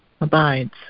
abides